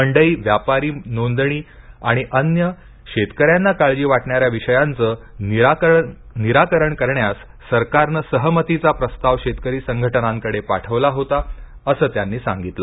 मंडई व्यापारी नोंदणी आणि अन्य शेतकऱ्यांना काळजी वाटणाऱ्या विषयांचे निराकरण करण्यास सरकारने सहमतीचा प्रस्ताव शेतकरी संघटनांकडे पाठविला होता असे त्यांनी सांगितले